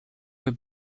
were